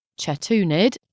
Chetunid